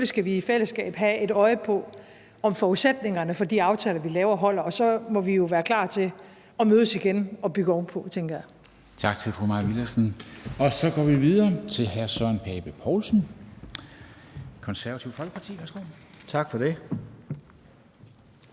selvfølgelig skal vi i fællesskab have et øje på, om forudsætningerne for de aftaler, vi laver, holder, og så må vi jo være klar til at mødes igen og bygge ovenpå, tænker jeg. Kl. 13:35 Formanden (Henrik Dam Kristensen): Tak til fru Mai Villadsen. Så går vi videre til hr. Søren Pape Poulsen, Det Konservative Folkeparti. Værsgo. Kl.